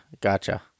Gotcha